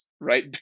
right